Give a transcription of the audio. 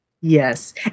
Yes